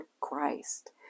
christ